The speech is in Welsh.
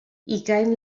ugain